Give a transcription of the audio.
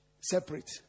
Separate